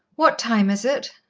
what time is it?